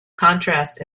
contrast